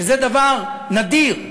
שזה דבר נדיר.